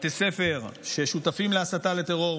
בתי ספר ששותפים להסתה לטרור,